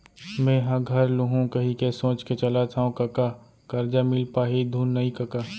मेंहा घर लुहूं कहिके सोच के चलत हँव कका करजा मिल पाही धुन नइ कका